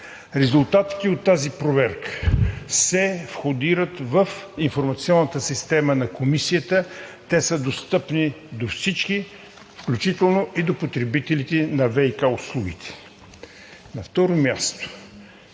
Резултатите от тази проверка се входират в информационната система на Комисията, те са достъпни до всички, включително и до потребителите на ВиК услугите. На второ място,